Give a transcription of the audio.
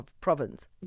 province